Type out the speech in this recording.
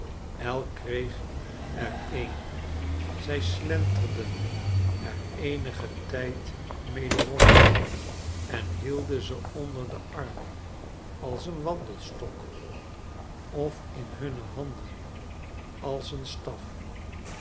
elk kreeg er een z slenterden er eenigen tijd mede rond en hielden ze onder den arm als een wandelstok of in hunne handen als een staf